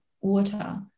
water